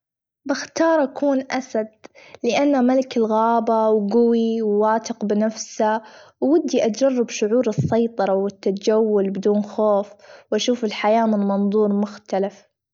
بختار أكون أسد لأنه ملك الغابة وجوي واثق بنفسه ودي أجرب شعور السيطرة، والتجول بدون خوف، وأشوف الحياة من منظور مختلف.